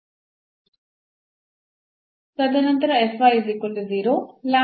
ತದನಂತರ